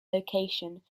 location